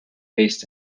based